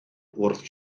wrth